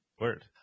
Word